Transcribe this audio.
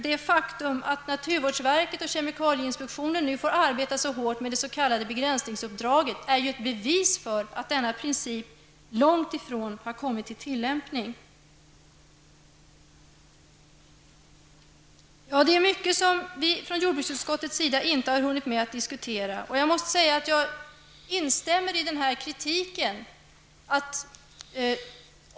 Det faktum att naturvårdsverket och kemikalieinspektionen nu får arbeta väldigt mycket med det s.k. begränsningsuppdraget är ju ett bevis på att denna princip långt ifrån har kommit att tillämpas. Ja, det är mycket som vi i jordbruksutskottet inte har hunnit diskutera. Jag måste instämma i den kritik som har framförts i det här sammanhanget.